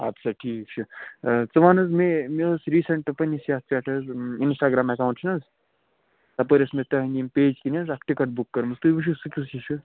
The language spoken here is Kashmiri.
اَدٕ سا ٹھیٖک چھُ ژٕ وَن حظ مےٚ مےٚ ٲسۍ رِیٖسَنٛٹہٕ پَنٕنِس یَتھ پٮ۪ٹھ حظ اِنسٹاگرٛام ایکاوُنٛٹ چھُنہٕ حظ تَپٲرۍ ٲسۍ مےٚ تُہٕنٛدۍ یِم پیج کِنۍ حظ اَکھ ٹِکَٹ بُک کٔرمٕژ تُہۍ وُچھِو سۄ کۄس ہِِش چھِ